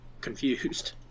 confused